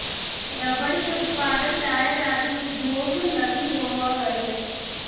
rubber के उत्पादन tyre आदि उद्योग लगी होवऽ हइ